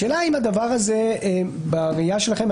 השאלה אם הדבר הזה בראייה שלכם,